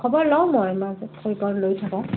খবৰ লওঁ মই মাজতে খবৰ লৈ থাকোঁ